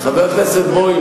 חבר הכנסת בוים,